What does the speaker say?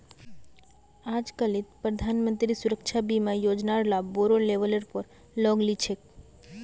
आजकालित प्रधानमंत्री सुरक्षा बीमा योजनार लाभ बोरो लेवलेर पर लोग ली छेक